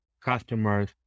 customers